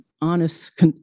honest